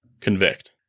convict